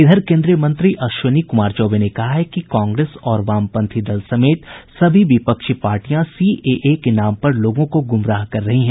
इधर केन्द्रीय मंत्री अश्विनी कुमार चौबे ने कहा है कि कांग्रेस और वामपंथी दल समेत सभी विपक्षी पार्टियां सीएए के नाम पर लोगों को ग्रमराह कर रही है